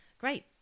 great